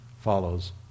follows